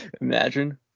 imagine